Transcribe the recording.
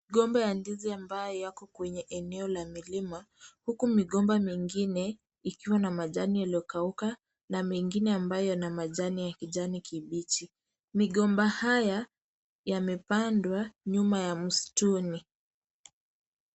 Migomba ya ndizi ambayo iko kwenye eneo la milima huku migomba mingine ikiwa na majani yaliyokauka na mingine ambayo ina majani ya rangi ya kijani kimbichi. Migomba hii imepandwa nyuma ya msitu.